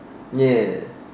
ya